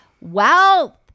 wealth